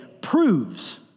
proves